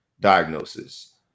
diagnosis